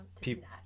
people